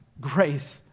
grace